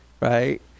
right